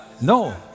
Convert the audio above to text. No